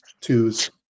twos